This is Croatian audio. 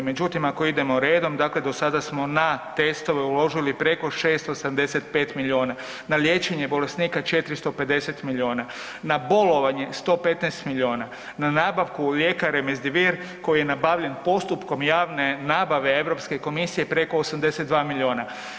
Međutim ako idemo redom, dakle do sada smo na testove uložili preko 675 milijuna, na liječenje bolesnika 450 milijuna, na bolovanje 115 milijuna, na nabavku lijeka Remdesivir koji je nabavljen postupkom javne nabave Europske komisije preko 82 milijuna.